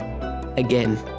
Again